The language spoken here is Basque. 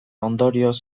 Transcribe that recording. ondorioz